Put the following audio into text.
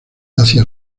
hacia